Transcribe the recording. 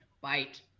Bite